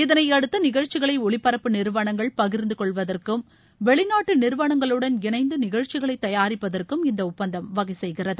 இதனையடுத்து நிகழ்ச்சிகளை ஒளிபரப்பு நிறுவனங்கள் பகிர்ந்து கொள்வதற்கும் வெளிநாட்டு நிறுவனங்களுடன் இணைந்து நிகழ்ச்சிகளை தயாரிப்பதற்கும் இந்த ஒப்பந்தம் வகை செய்கிறது